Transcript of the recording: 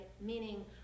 Meaning